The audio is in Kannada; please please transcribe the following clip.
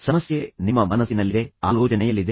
ಸಮಸ್ಯೆ ನಿಮ್ಮ ಮನಸ್ಸಿನಲ್ಲಿದೆ ಆಲೋಚನೆಯಲ್ಲಿದೆ